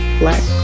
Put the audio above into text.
black